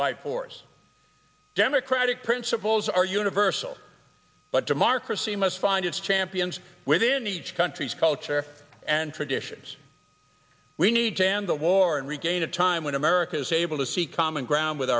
by force democratic principles are universal but to mark racine must find its champions within each country's culture and traditions we need to end the war and regain a time when america is able to seek common ground with